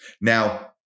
Now